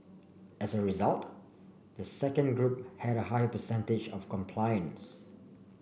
as a result the second group had a higher percentage of compliance